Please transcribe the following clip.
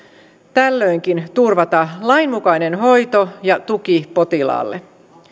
tällöinkin turvata lainmukainen hoito ja tuki potilaalle